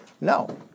No